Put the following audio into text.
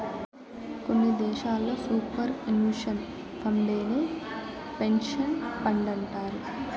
కొన్ని దేశాల్లో superannuation ఫండేనే పెన్సన్ ఫండంటారు